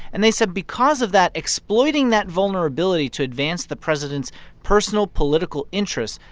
and they said because of that, exploiting that vulnerability to advance the president's personal political interests,